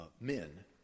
men